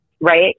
Right